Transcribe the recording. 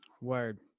word